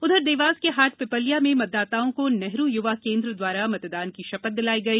उधर देवास के हाट पिल्लया में मतदाताओं को नेहरू युवा केन्द्र द्वारा मतदान की शपथ दिलाई गई